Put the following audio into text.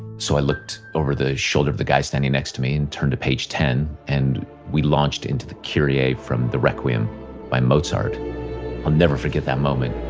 so i looked over the shoulder of the guy standing next to me and turned to page ten, and we launched into the kyrie from the requiem by mozart i'll never forget that moment.